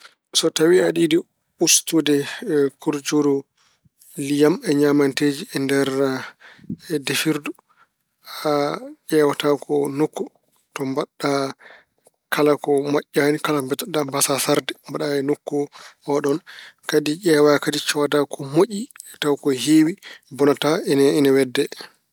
So tawi aɗa yiɗi ustude kurjuru liyam e ñaamanteeji e nder defirdu, a- ƴeewata ko nokku to mbaɗa kala ko moƴƴaani, kala ko mbeddotoɗa, mbasaa sarde. Mbaɗa e nokku ooɗoon. Kadi ƴeewa kadi cooda ko moƴƴi tawa ko heewi bonataa ina- ina wedde.